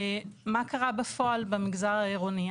מה קרה בפועל במגזר העירוני?